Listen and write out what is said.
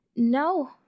No